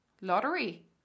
lottery